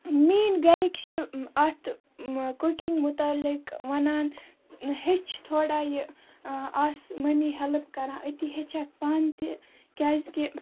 میٛٲنۍ گَرِکۍ چھِ اَتھ کُکِنٛگ متعلق وَنان ہیٚچھ تھوڑا یہِ آس مٔمی ہیٚلٕپ کَران أتی ہیٚچھَکھ پانہٕ تہِ کیٛازکہِ